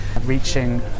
reaching